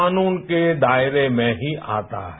कानून के दायरे में ही आता है